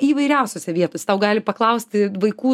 įvairiausiose vietos tau gali paklausti vaikų